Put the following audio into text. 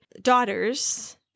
daughters